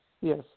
Yes